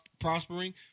prospering